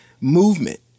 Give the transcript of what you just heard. movement